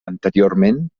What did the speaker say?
anteriorment